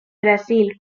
brasil